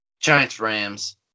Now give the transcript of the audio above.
Giants-Rams